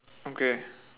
okay